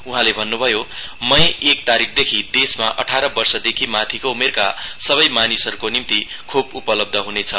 उहाँले भन्नुभयो मई एक तारिकदेखि देशमा अठार वर्षदेखि माथिको उमेरका सबै मानिसहरूको निम्ति खोप उपलब्ध हुनेछ